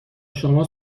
شما